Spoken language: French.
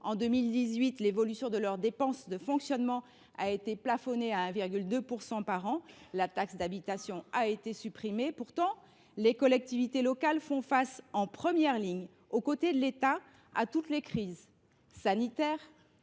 En 2018, l’évolution de leurs dépenses de fonctionnement a été plafonnée à 1,2 % par an. La taxe d’habitation a été supprimée. Pourtant, les collectivités locales font face en première ligne, aux côtés de l’État, à toutes les crises sanitaires,